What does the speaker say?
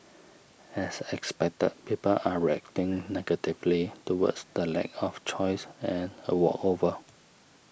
as expected people are reacting negatively towards the lack of choice and a walkover